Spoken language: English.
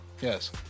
Yes